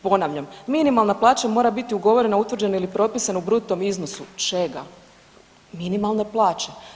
Ponavljam, minimalna plaća mora biti ugovorena, utvrđena ili propisana u bruto iznosu, čega, minimalne plaće.